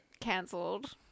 cancelled